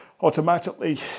automatically